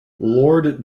lord